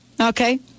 Okay